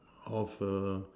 half a